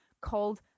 called